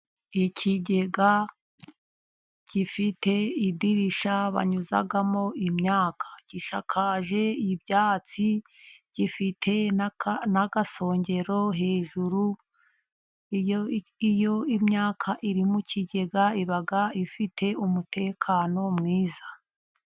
Ikigega gifite idirisha banyuzamo imyaka, gisakaje ibyatsi, gifite n'agasongero hejuru. Iyo imyaka iri mu kigega iba ifite umutekano mwiza.